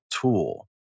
tool